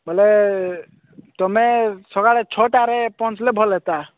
ବୋଇଲେ ତୁମେ ସକାଳେ ଛଅଟାରେ ପହଁଞ୍ଚିଲେ ଭଲ ହେତା